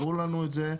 הראו לנו את זה.